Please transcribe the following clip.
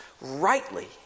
rightly